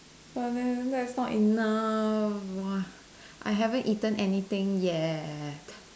but very that's not enough I haven't eaten anything yet